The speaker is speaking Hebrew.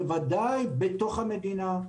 בוודאי בתוך המדינה,